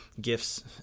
gifts